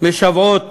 משוועות